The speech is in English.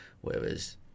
whereas